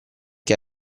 che